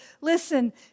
listen